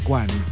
one